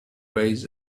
ways